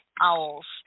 owls